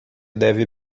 deve